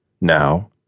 Now